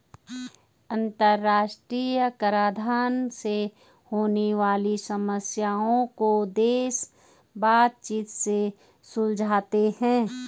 अंतरराष्ट्रीय कराधान से होने वाली समस्याओं को देश बातचीत से सुलझाते हैं